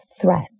threat